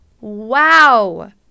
Wow